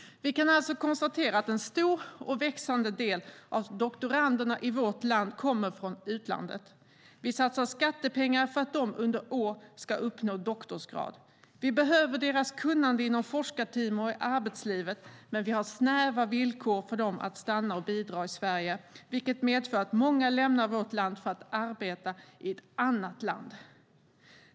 Vi kan alltså konstatera att en stor och växande del av doktoranderna i vårt land kommer från utlandet. Vi satsar skattepengar för att de ska uppnå doktorsgrad. Vi behöver deras kunnande inom forskarteam och i arbetslivet, men vi har snäva villkor för dem att stanna och bidra i Sverige, vilket medför att många lämnar vårt land för att arbeta i ett annat land.